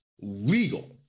legal